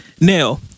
Now